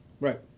Right